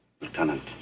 Lieutenant